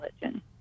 religion